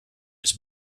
its